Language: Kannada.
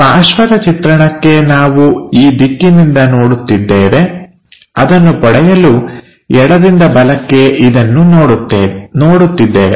ಪಾರ್ಶ್ವದ ಚಿತ್ರಣಕ್ಕೆ ನಾವು ಈ ದಿಕ್ಕಿನಿಂದ ನೋಡುತ್ತಿದ್ದೇವೆ ಅದನ್ನು ಪಡೆಯಲು ಎಡದಿಂದ ಬಲಕ್ಕೆ ಇದನ್ನು ನೋಡುತ್ತಿದ್ದೇವೆ